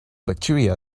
bacteria